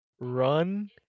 run